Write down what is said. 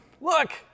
Look